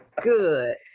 Good